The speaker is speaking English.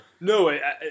No